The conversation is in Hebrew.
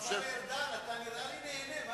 חבר הכנסת ארדן, אתה נראה לי נהנה.